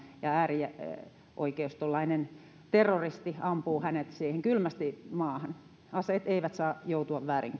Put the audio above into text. ja äärioikeistolainen terroristi ampuu hänet kylmästi siihen maahan aseet eivät saa joutua vääriin